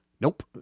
Nope